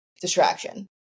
distraction